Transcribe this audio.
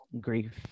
grief